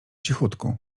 cichutku